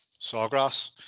Sawgrass